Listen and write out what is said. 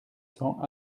cents